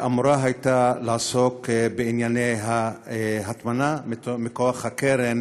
שהייתה אמורה לעסוק בענייני ההטמנה מכוח הקרן